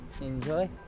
Enjoy